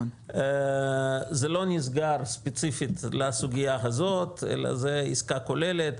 זה לא נסגר ספציפית לסוגיה הזאת אלא זו עסקה כוללת.